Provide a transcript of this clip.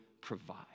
provide